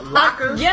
lockers